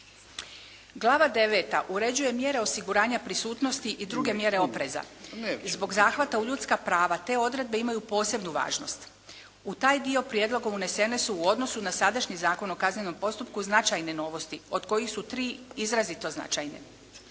Glava deveta uređuje mjere osiguranja prisutnosti i druge mjere opreza. I zbog zahvata u ljudska prava te odredbe imaju posebnu važnost. U taj dio prijedloga unesene su u odnosu na sadašnji Zakon o kaznenom postupku značajne novosti od kojih su tri izrazito značajne.